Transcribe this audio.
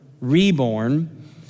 reborn